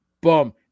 boom